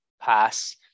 pass